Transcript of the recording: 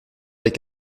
avec